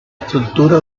estructura